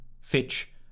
Fitch